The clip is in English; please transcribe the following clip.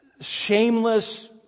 shameless